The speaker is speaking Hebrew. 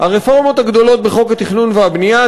הרפורמות הגדולות בחוק התכנון והבנייה,